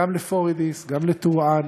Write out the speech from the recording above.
גם לפוריידיס, גם לטורעאן.